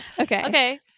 Okay